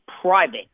private